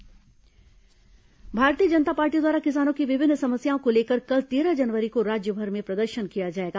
भाजपा प्रदर्शन भारतीय जनता पार्टी द्वारा किसानों की विभिन्न समस्याओं को लेकर कल तेरह जनवरी को राज्यभर में प्रदर्शन किया जाएगा